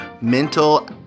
mental